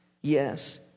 yes